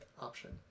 option